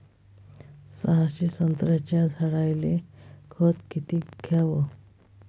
सहाशे संत्र्याच्या झाडायले खत किती घ्याव?